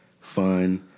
fun